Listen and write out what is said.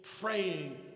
praying